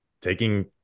taking